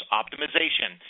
optimization